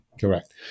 Correct